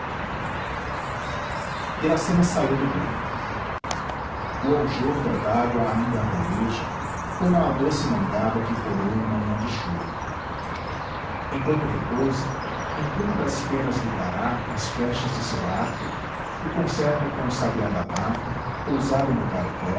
canto iracema saiu do banho o aljôfar dágua ainda a roreja como à doce mangaba que corou em manhã de chuva enquanto repousa empluma das penas do gará as flechas de seu arco e concerta com o sabiá da mata pousado no galho